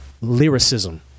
lyricism